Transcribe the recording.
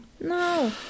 No